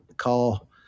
call